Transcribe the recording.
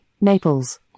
naples